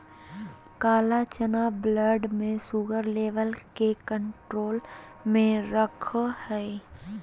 काला चना ब्लड में शुगर लेवल के कंट्रोल में रखैय हइ